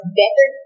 better